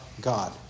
God